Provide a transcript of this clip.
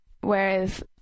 whereas